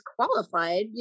qualified